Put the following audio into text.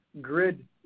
grid